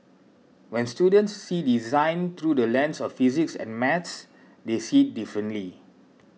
when students see design through the lens of physics and maths they see differently